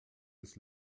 ist